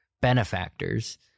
benefactors